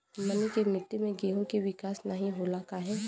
हमनी के मिट्टी में गेहूँ के विकास नहीं होला काहे?